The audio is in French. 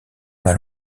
mal